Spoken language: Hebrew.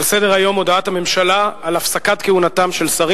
אנחנו עוברים להצבעה.